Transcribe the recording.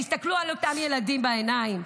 תסתכלו על אותם ילדים בעיניים,